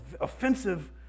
offensive